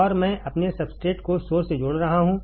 और मैं अपने सब्सट्रेट को सोर्स से जोड़ रहा हूं